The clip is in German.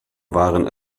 waren